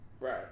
right